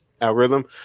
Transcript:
algorithm